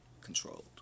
controlled